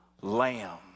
lamb